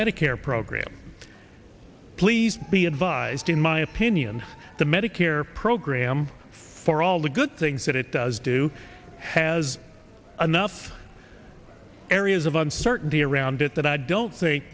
medicare program please be advised in my opinion the medicare program for all the good things that it does do has enough areas of uncertainty around it that i don't